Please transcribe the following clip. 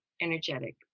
energetic